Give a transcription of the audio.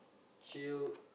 chill